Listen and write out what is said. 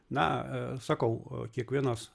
na sakau kiekvienas